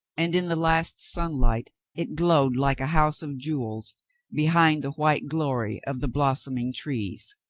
and in the last sunlight it glowed like a house of jewels behind the white glory of the blos soming trees.